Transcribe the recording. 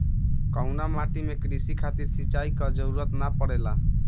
कउना माटी में क़ृषि खातिर सिंचाई क जरूरत ना पड़ेला?